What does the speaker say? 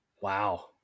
Wow